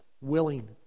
willing